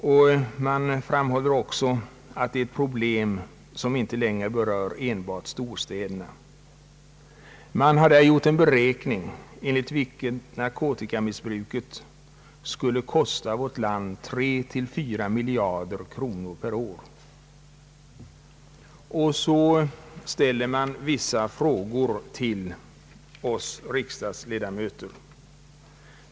Vidare framhålles att det är ett problem som inte längre berör enbart storstäderna. Man återger en beräkning, enligt vilken narkotikamissbruket skulle kosta vårt land 3—4 miljarder kronor per år och ställer sedan vissa frågor till oss riksdagsledamöter.